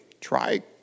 try